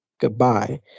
Goodbye